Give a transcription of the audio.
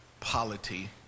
Polity